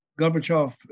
Gorbachev